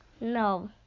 No